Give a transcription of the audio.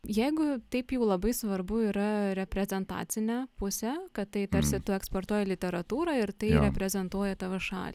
jeigu taip jau labai svarbu yra reprezentacinė pusė kad tai tarsi eksportuoja literatūrą ir tai reprezentuoja tavo šalį